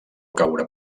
caure